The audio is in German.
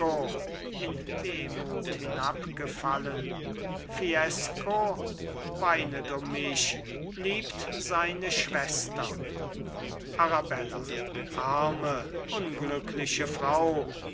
in wehmut hinabgefallen fiesco weinet um mich liebt seine schwester arabella arme unglückliche frau